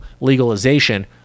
legalization